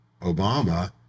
Obama